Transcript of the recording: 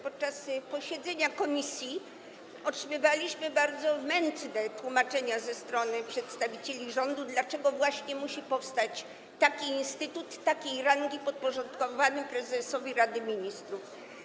Podczas posiedzenia komisji otrzymywaliśmy bardzo mętne tłumaczenia ze strony przedstawicieli rządu, dlaczego właśnie musi powstać taki instytut, takiej rangi, podporządkowany prezesowi Rady Ministrów.